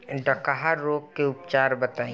डकहा रोग के उपचार बताई?